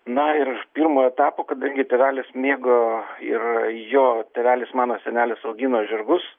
na ir pirmojo etapo kadangi tėvelis mėgo ir jo tėvelis mano senelis augino žirgus